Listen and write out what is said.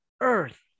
earth